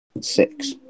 six